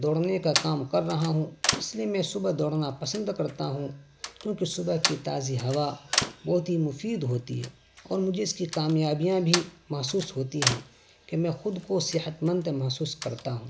دوڑنے کا کام کر رہا ہوں اس لیے میں صبح دوڑنا پسند کرتا ہوں کیونکہ صبح کی تازی ہوا بہت ہی مفید ہوتی ہے اور مجھے اس کی کامیابیاں بھی محسوس ہوتی ہیں کہ میں خود کو صحت مند محسوس کرتا ہوں